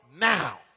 now